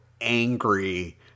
angry